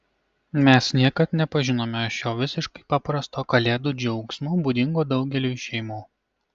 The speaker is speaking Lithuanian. mes niekad nepažinome šio visiškai paprasto kalėdų džiaugsmo būdingo daugeliui šeimų